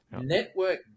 Network